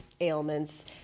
Ailments